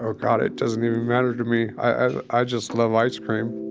oh god, it doesn't even matter to me. i just love ice cream